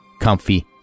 comfy